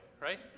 Right